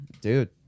dude